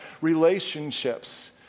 relationships